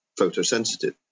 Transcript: photosensitive